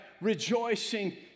Rejoicing